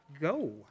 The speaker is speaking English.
go